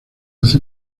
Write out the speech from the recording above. hace